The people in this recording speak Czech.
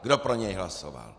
Kdo pro něj hlasoval?